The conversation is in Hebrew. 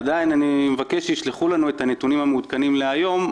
אני עדיין מבקש שישלחו לנו את הנתונים המעודכנים להיום.